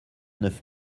neuf